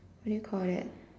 wait for it